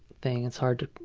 thing. it's hard to